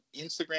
Instagram